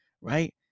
right